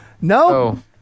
no